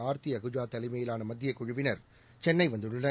ஆர்த்தி அஹூஜா தலைமையிலான மத்தியக் குழுவினர் சென்னை வந்துள்ளனர்